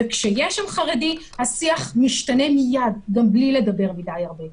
וכשיש שם חרדי, השיח משתנה מייד גם בלי לדבר הרבה.